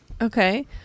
Okay